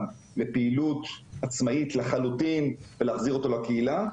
לפעילות עצמאית לחלוטין ולהחזיר אותו לקהילה,